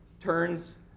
turns